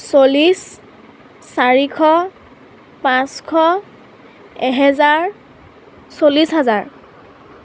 চল্লিছ চাৰিশ পাঁচশ এহেজাৰ চল্লিছ হেজাৰ